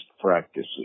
practices